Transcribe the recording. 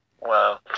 Wow